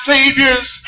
Savior's